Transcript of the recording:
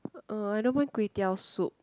uh I don't mind kway-teow soup